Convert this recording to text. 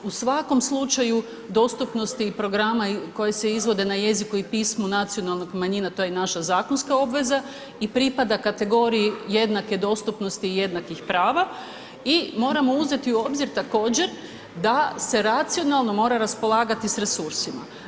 U svakom slučaju dostupnosti i programa koji se izvode na jeziku i pismu nacionalnih manjina to je naša zakonska obveza i pripada kategoriji jednake dostupnosti i jednakih prava i moramo uzeti u obzir također da se racionalno mora raspolagati sa resursima.